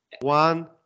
One